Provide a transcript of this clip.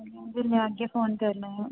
में फिर अग्गै फोन करी लैंग